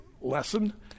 lesson